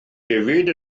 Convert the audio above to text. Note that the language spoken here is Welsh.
hefyd